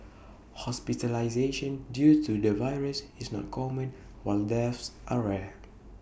hospitalisation due to the virus is not common while deaths are rare